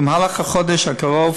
במהלך החודש הקרוב